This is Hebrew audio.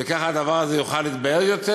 וכך הדבר הזה יוכל להתבהר יותר.